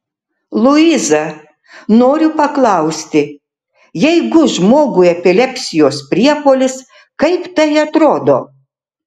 luiza noriu paklausti jeigu žmogui epilepsijos priepuolis kaip tai atrodo